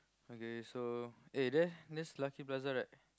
okay so eh there that's Lucky-Plaza right